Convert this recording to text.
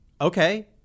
Okay